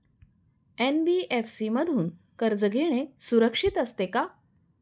NBFC मधून कर्ज घेणे सुरक्षित असते का?